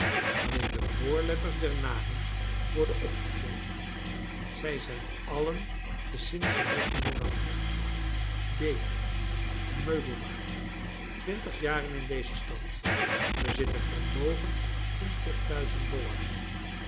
alleen de voorletters der namen worden opgegeven zij zijn allen te cincinnatie woonachtig b meubelmaker twintig jaren in deze stad bezit een vermogen van twintig duizend dollars